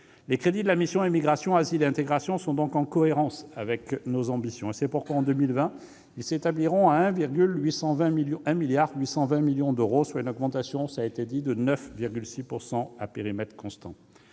Les crédits de la mission « Immigration, asile et intégration » sont en cohérence avec nos ambitions. C'est pourquoi ils s'établiront, en 2020, à 1,82 milliard d'euros, soit une augmentation de 9,6 % à périmètre constant.